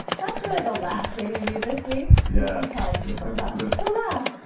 that's really the last thing we need this week. yeah. kind of but laughs